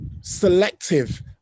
selective